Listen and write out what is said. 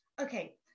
Okay